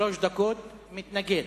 שלוש דקות לרשותך.